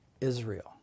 Israel